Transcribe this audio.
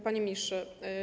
Panie Ministrze!